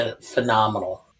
phenomenal